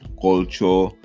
culture